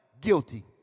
guilty